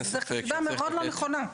זה חשיבה מאוד לא נכונה.